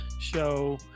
show